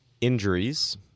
Injuries